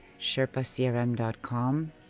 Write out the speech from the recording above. sherpacrm.com